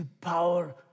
power